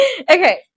Okay